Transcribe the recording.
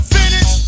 finish